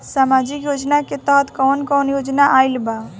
सामाजिक योजना के तहत कवन कवन योजना आइल बा?